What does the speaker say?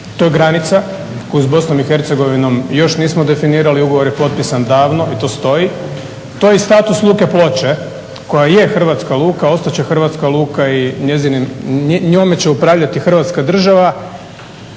To je granica koju s BiH još nismo definirali, ugovor je potpisan davno i to stoji. To i status luke Ploče koja je hrvatska luka, ostat će hrvatska luka i njome će upravljati Hrvatska država